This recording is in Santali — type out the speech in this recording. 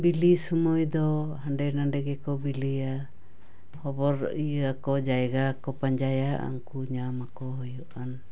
ᱵᱤᱞᱤ ᱥᱳᱢᱳᱭ ᱫᱚ ᱦᱟᱰᱮ ᱱᱟᱰᱮ ᱜᱮᱠᱚ ᱵᱤᱞᱤᱭᱟ ᱦᱚᱵᱚᱨ ᱤᱭᱟᱹ ᱠᱚ ᱡᱟᱭᱜᱟ ᱠᱚ ᱯᱟᱸᱡᱟᱭᱟ ᱩᱱᱠᱩ ᱧᱟᱢ ᱟᱠᱚ ᱦᱩᱭᱩᱜᱼᱟ